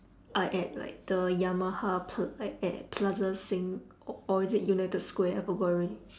ah at like the yamaha pl~ like at plaza sing o~ or is it united square I forgot already